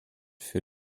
für